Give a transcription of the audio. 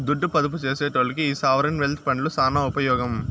దుడ్డు పొదుపు సేసెటోల్లకి ఈ సావరీన్ వెల్త్ ఫండ్లు సాన ఉపమోగం